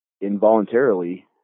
involuntarily